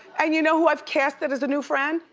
and you know who i've casted as a new friend?